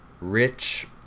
rich